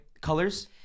colors